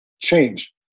Change